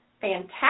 Fantastic